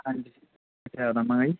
ਹਾਂਜੀ